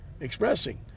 expressing